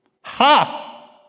Ha